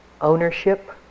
ownership